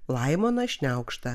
laimoną šniaukštą